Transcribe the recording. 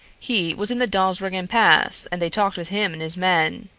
he was in the dawsbergen pass and they talked with him and his men.